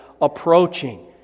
approaching